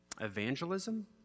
Evangelism